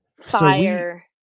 fire